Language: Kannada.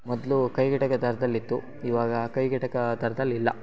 ಮೊದಲು ಕೈಗೆ ಎಟಕೋ ದರದಲ್ಲಿತ್ತು ಇವಾಗ ಕೈಗೆ ಎಟಕೋ ದರ್ದಲ್ಲಿ ಇಲ್ಲ